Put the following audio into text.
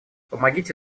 помогите